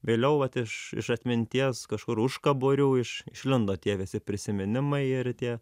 vėliau vat iš iš atminties kažkur užkaborių iš išlindo tie visi prisiminimai ir tie